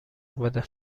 بده